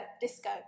Disco